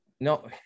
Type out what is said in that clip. No